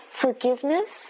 forgiveness